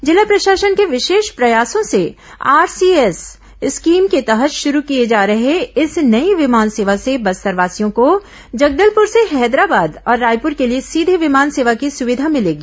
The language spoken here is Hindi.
जिला प्रशासन के विशेष प्रयासों से आर सी एस स्कीम के तहत शुरू किए जा रहे इस नई विमान सेवा से बस्तरवासियों को जगदलपुर से हैदराबाद और रायपुर के लिए सीधे विमान सेवा की सुविधा मिलेगी